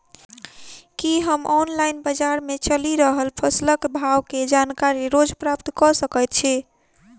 की हम ऑनलाइन, बजार मे चलि रहल फसलक भाव केँ जानकारी रोज प्राप्त कऽ सकैत छी?